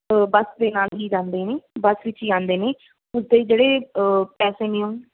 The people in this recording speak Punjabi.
ਬੱਸ ਦੇ ਨਾਲ ਹੀ ਜਾਂਦੇ ਨੇ ਬੱਸ ਵਿੱਚ ਹੀ ਆਉਂਦੇ ਨੇ ਉਸਦੇ ਜਿਹੜੇ ਪੈਸੇ ਨੇ